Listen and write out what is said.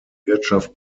wirtschaft